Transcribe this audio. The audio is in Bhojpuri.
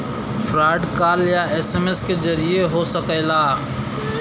फ्रॉड कॉल या एस.एम.एस के जरिये हो सकला